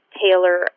tailor